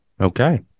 Okay